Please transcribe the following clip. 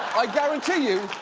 i guarantee you,